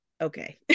okay